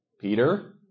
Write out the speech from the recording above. Peter